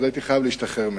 אז הייתי חייב להשתחרר ממנה.